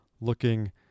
looking